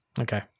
Okay